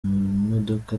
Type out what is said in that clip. modoka